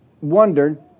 wondered